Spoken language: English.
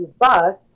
bus